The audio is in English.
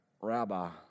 rabbi